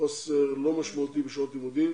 חוסר לא משמעותי בשעות לימודים